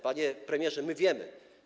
Panie premierze, my wiemy.